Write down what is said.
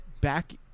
back